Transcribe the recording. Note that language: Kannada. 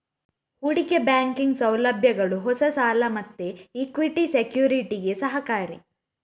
ಹೂಡಿಕೆ ಬ್ಯಾಂಕಿಂಗ್ ಸೌಲಭ್ಯಗಳು ಹೊಸ ಸಾಲ ಮತ್ತೆ ಇಕ್ವಿಟಿ ಸೆಕ್ಯುರಿಟಿಗೆ ಸಹಕಾರಿ